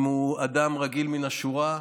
אם הוא אדם רגיל מן השורה,